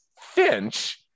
Finch